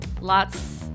Lots